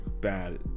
bad